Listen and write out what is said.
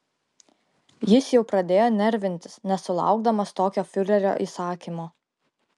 jis jau pradėjo nervintis nesulaukdamas tokio fiurerio įsakymo